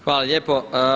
Hvala lijepo.